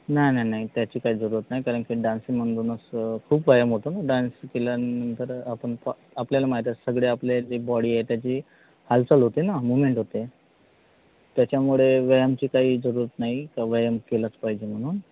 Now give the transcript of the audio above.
नाही नाही नाही त्याची काय जरूरत नाही कारण की डान्सिंगमधूनच खूप व्यायाम होतो ना डान्स केल्यानंतर आपण प आपल्याला माहीत आहे सगळे आपले जे बॉडी आहे त्याची हालचाल होते ना मूवमेंट होते त्याच्यामुळे व्यायामाची काही जरूरत नाही का व्यायाम केलाच पाहिजे म्हणून